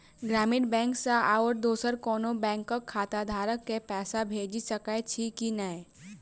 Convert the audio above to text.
ग्रामीण बैंक सँ आओर दोसर कोनो बैंकक खाताधारक केँ पैसा भेजि सकैत छी की नै?